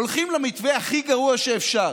הולכים למתווה הכי גרוע שאפשר.